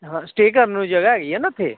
ਹਾਂ ਸਟੇਅ ਕਰਨ ਨੂੰ ਜਗ੍ਹਾ ਹੈਗੀ ਆ ਨਾ ਉੱਥੇ